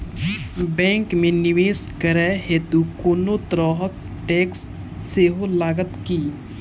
Bank मे निवेश करै हेतु कोनो तरहक टैक्स सेहो लागत की?